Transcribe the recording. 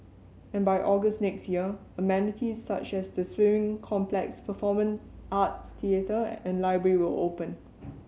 and by August next year amenities such as the swimming complex performance arts theatre and library will open